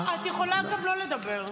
את יכולה גם לא לדבר.